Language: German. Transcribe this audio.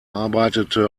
arbeitete